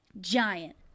giant